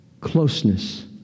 Closeness